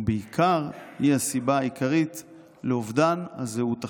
ובעיקר, היא הסיבה העיקרית לאובדן הזהות החברתית".